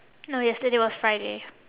no yesterday was friday